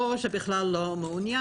או שהוא בכלל לא מעוניין,